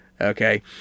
Okay